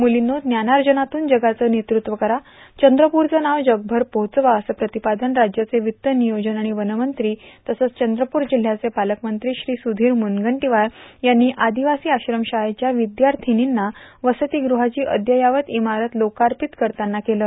मुलींनो ज्ञानार्जनातून जगाचं नेतृत्व करा चंद्रपूरचं नाव जगभर पोहोचवा असं प्रतिपादन राज्याचे वित्त नियोजन आणि वनमंत्री तथा चंद्रपूरचे पालकमंत्री श्री सुधीर मुनगंटीवार यांनी आदिवासी आश्रम शाळेच्या विद्यार्थिनींना वस्तीग्रहाची अद्यावत इमारत लोकार्पित करताना केलं